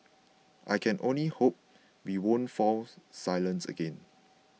I can only hope we won't fall silent again